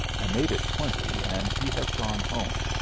and made it twenty, and he has gone home.